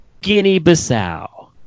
Guinea-Bissau